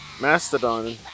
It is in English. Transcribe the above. Mastodon